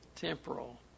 temporal